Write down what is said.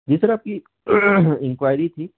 जी sir आपकी enquiry थी